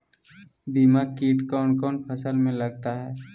दीमक किट कौन कौन फसल में लगता है?